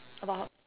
about